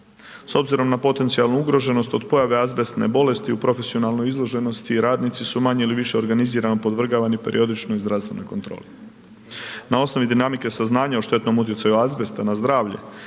S obzirom na potencijalnu ugroženost od pojave azbestne bolesti u profesionalnoj izloženosti radnici su manje ili više organizirano podvrgavani periodičnoj zdravstvenoj kontroli. Na osnovi dinamike saznanja o štetnom utjecaju azbesta na zdravlje